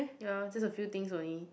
ya just a few things only